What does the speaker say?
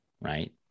right